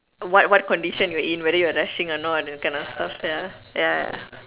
what what condition you're in whether you are rushing or not those kind of stuff ya ya ya